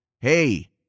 Hey